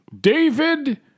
David